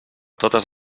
totes